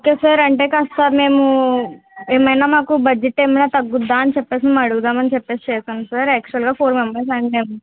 so sir అంటే కాస్త మేము ఏమైనా మాకు బడ్జెట్ ఏమన్నా తగ్గుద్దా అని చెప్పేసి అడుగుదాం అని చెప్పేసి చేశాను సార్ యాక్చువల్గా ఫోర్ మెంబర్స్ అండీ మేము